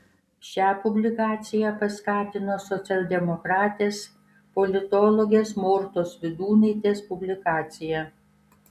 šią publikaciją paskatino socialdemokratės politologės mortos vydūnaitės publikacija